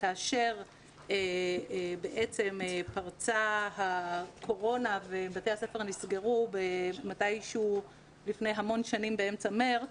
וכאשר פרצה הקורונה ובתי הספר נסגרו מתי שהוא לפני המון שנים באמצע מרץ,